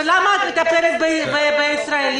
למה את מטפלת בישראלים,